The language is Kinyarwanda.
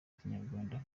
ikinyarwanda